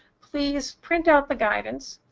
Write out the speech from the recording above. please print out the guidance,